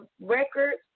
records